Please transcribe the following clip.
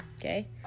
Okay